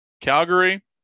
Calgary